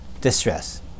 distress